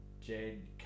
Jade